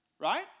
right